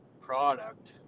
product